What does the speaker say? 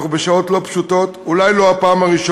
אנחנו בשעות לא פשוטות, אולי לא בפעם הראשונה